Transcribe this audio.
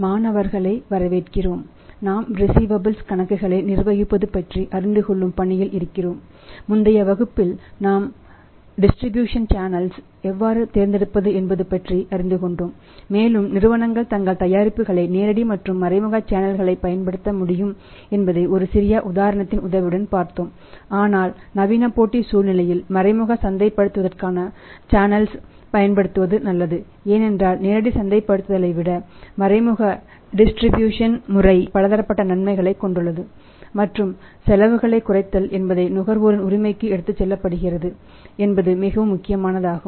மாணவர்களை வரவேற்கிறோம் நாம் ரிஸீவபல்ஸ் முறை பலதரப்பட்ட நன்மைகளை கொண்டுள்ளது மற்றும் செலவுகளை குறைத்தல் என்பதை நுகர்வோரின் உரிமைக்கு எடுத்துச் செல்லப்படுகிறது என்பது மிகவும் முக்கியமானதாகும்